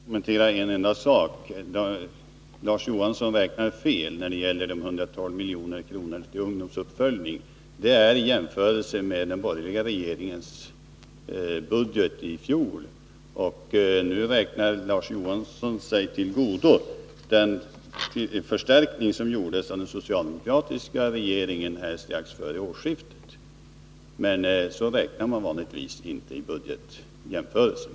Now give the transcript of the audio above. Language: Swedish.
Herr talman! Jag skall bara kommentera en enda sak. Larz Johansson räknar fel när det gäller dessa 112 milj.kr. till ungdomsuppföljning. Han jämför med den borgerliga regeringens budget i fjol. Nu räknar Larz Johansson sig till godo den förstärkning som gjordes under den socialdemokratiska regeringen strax före årsskiftet. Men så räknar man vanligtvis inte vid budgetjämförelser.